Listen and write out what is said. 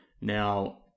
Now